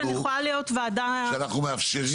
בכל אופן יכולה להיות וועדה --- בכך שאנחנו מאפשרים.